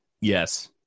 Yes